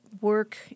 work